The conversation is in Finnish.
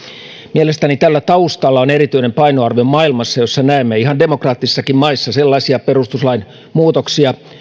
mielestäni tällä taustalla on erityinen painoarvo maailmassa jossa näemme ihan demokraattisissakin maissa sellaisia perustuslain muutoksia